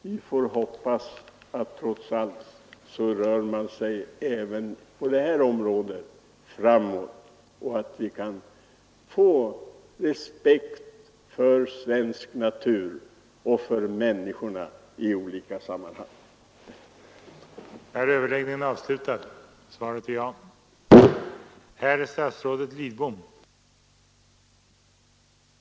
Vi får hoppas att vi — trots allt — rör oss framåt även på det här området, så att vi får respekt för såväl människor som för svensk natur med dess fauna och flora, som vi inte själv kan skapa, men uppleva.